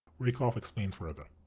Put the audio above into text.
rakoff explains further.